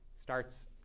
Starts